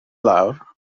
lawr